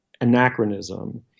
anachronism